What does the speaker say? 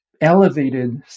elevated